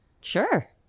sure